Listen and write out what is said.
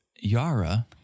Yara